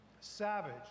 savage